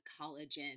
Collagen